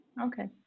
okay